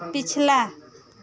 पिछला